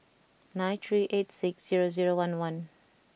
nine three eight six zero zero one one